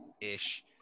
ish